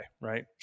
right